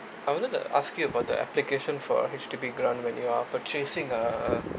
I wanted to ask you about the application for H_D_B grant when you are purchasing a